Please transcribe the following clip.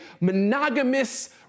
monogamous